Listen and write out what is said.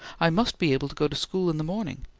i must be able to go to school in the morning.